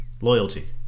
Loyalty